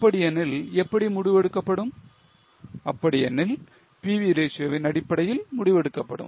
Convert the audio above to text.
அப்படியெனில் எப்படி முடிவு எடுக்கப்படும் அப்படியெனில் PV ratio வின் அடிப்படையில் முடிவெடுக்கப்படும்